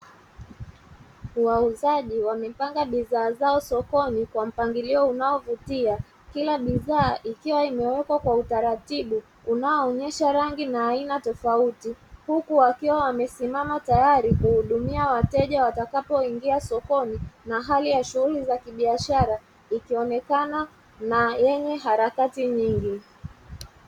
Wauzaji wamepanga bidhaa zao sokoni kwa mpangilio unaovutia. Kila bidhaa ikiwa imewekwa kwa utaratibu unaoonyesha rangi na aina tofauti. Huku wakiwa wamesimama tayari kuhudumia wateja watakapoingia sokoni, na hali ya shughuli za kibiashara ikionekana na yenye harakati nyingi.